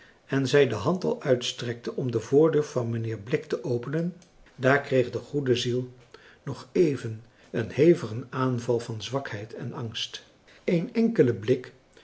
en zij de hand al uitstrekte om de voordeur van mijnheer blik te openen daar kreeg de goede ziel nog even een hevigen aanval van zwakheid en angst een enkele blik